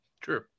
True